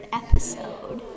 episode